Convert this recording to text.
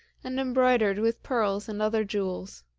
and embroidered with pearls and other jewels.